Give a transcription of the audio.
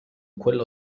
quello